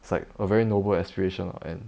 it's like a very noble aspiration and